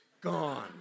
Gone